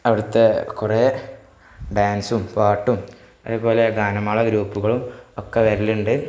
അവിടത്തെ കുറേ ഡാൻസും പാട്ടും അതേപോലെ ഗാനമേള ഗ്രൂപ്പുകളും ഒക്കെ വരലുണ്ട്